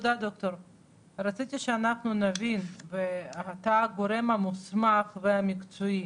רציתי שאנחנו נבין, ואתה הגורם המוסמך והמקצועי.